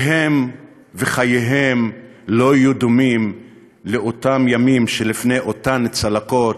והן וחייהן לא יהיו דומים לאותם ימים שלפני אותן צלקות,